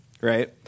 right